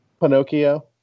Pinocchio